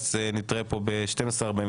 אז נתראה פה ב- 12:45,